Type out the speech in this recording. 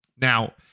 now